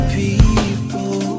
people